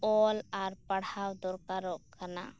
ᱚᱞ ᱟᱨ ᱯᱟᱲᱦᱟᱣ ᱫᱚᱨᱠᱟᱨᱚᱜ ᱠᱟᱱᱟ